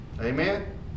Amen